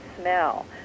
smell